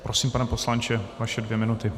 Prosím, pane poslanče, vaše dvě minuty.